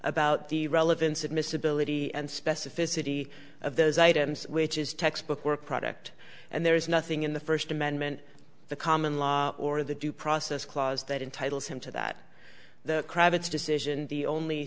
about the relevance admissibility and specificity of those items which is textbook work product and there is nothing in the first amendment the common law or the due process clause that entitle him to that the cravats decision the only